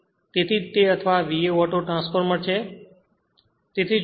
તેથી તે અથવા VA auto ટ્રાન્સફોર્મર છે